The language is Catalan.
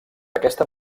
aquesta